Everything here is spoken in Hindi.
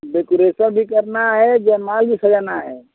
डेकोरेशन भी करना है जयमाला भी सजाना है